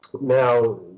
Now